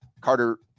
Carter